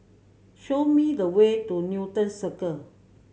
show me the way to Newton Circle